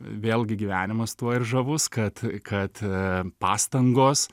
vėlgi gyvenimas tuo ir žavus kad kad pastangos